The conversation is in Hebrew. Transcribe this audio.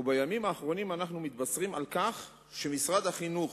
ובימים האחרונים אנו מתבשרים שמשרד החינוך